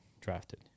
drafted